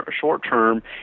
short-term